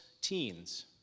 teens